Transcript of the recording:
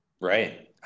Right